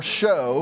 show